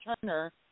Turner